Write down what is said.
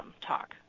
talk